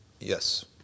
Yes